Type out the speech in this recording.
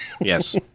Yes